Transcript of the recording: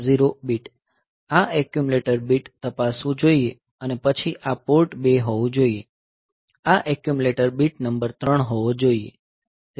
0 bit આ accumulator bit તપાસવું જોઈએ અને પછી આ પોર્ટ 2 હોવું જોઈએ આ એક્યુમ્યુલેટર બીટ નંબર 3 હોવો જોઈએ